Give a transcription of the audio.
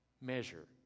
measure